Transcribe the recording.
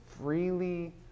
freely